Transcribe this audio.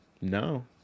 No